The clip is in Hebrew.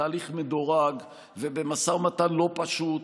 בתהליך מדורג ובמשא ומתן לא פשוט,